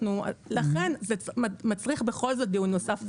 לכן זה מצריך בכל זאת דיון נוסף.